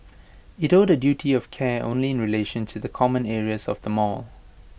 IT owed A duty of care only in relation to the common areas of the mall